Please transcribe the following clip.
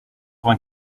vingt